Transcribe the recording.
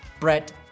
Brett